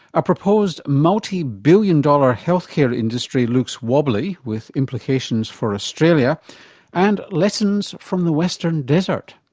a proposed multi-billion dollar health care industry looks wobbly with implications for australia and lessons from the western desert.